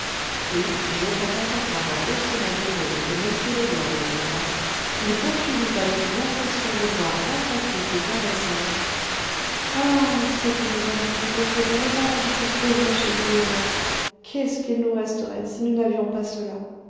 et jetant à sa femme un haussement d'épaules que m leblanc ne vit pas il poursuivit avec une inflexion de voix emphatique et caressante ah c'est que nous avons toujours fait bon ménage cette pauvre chérie et moi qu'est-ce qu'il nous resterait si nous n'avions pas cela